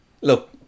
Look